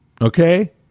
Okay